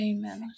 Amen